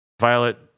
Violet